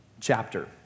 chapter